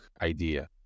idea